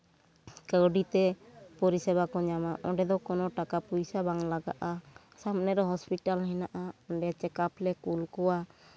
ᱠᱟᱹᱣᱰᱤ ᱛᱮ ᱯᱚᱨᱤᱥᱮᱵᱟ ᱠᱚ ᱧᱟᱢᱟ ᱚᱸᱰᱮ ᱫᱚ ᱠᱚᱱᱚ ᱴᱟᱠᱟ ᱯᱚᱭᱥᱟ ᱵᱟᱝ ᱞᱟᱜᱟᱜᱼᱟ ᱥᱟᱢᱱᱮ ᱨᱮ ᱦᱚᱥᱯᱤᱴᱟᱞ ᱦᱮᱱᱟᱜᱼᱟ ᱚᱸᱰᱮ ᱪᱮᱠᱟᱯ ᱞᱮ ᱠᱩᱞ ᱠᱚᱣᱟ